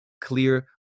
clear